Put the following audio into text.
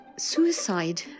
suicide